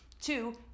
Two